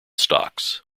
stocks